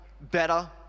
better